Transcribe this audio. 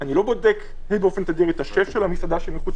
אני לא בודק באופן תדיר את השף של המסעדה שמחוץ